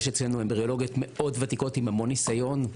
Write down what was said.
יש אצלנו אמבריולוגיות מאוד וותיקות עם המון ניסיון,